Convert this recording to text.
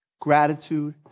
gratitude